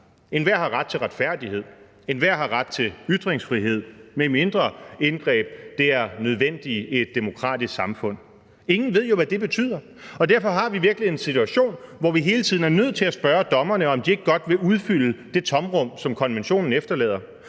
Enhver har ret til retfærdighed. Enhver har ret til ytringsfrihed, medmindre indgreb er nødvendige i et demokratisk samfund. Ingen ved jo, hvad det betyder, og derfor har vi jo virkelig en situation, hvor vi hele tiden er nødt til at spørge dommerne, om de ikke godt vil udfylde det tomrum, som konventionen efterlader.